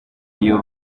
iyo